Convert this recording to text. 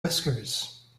whiskers